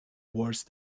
worse